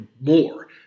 more